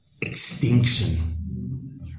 extinction